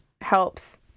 helps